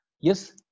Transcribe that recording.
yes